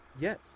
Yes